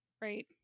right